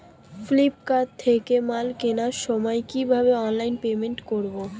Flipkart থেকে মাল কেনার সময় কিভাবে অনলাইনে পেমেন্ট করব?